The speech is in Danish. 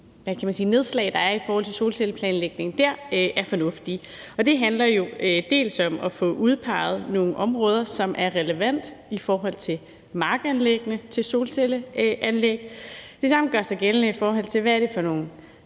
nedslag, der er dér i forhold til solcelleplanlægningen, er fornuftige. Og det handler jo om at få udpeget nogle områder, som er relevante i forhold til markanlæggene til solcelleanlæg, og det samme gør sig gældende, i forhold til hvad det er for nogle